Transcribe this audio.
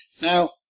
Now